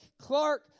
Clark